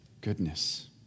goodness